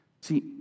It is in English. See